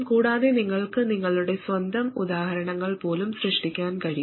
കൂടാതെ നിങ്ങൾക്ക് നിങ്ങളുടെ സ്വന്തം ഉദാഹരണങ്ങൾ പോലും സൃഷ്ടിക്കാൻ കഴിയും